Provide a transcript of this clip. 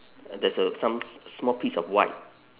there's a some small piece of white